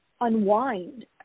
unwind